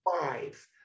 five